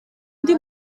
undi